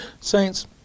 Saints